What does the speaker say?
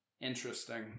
Interesting